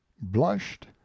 blushed